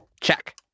Check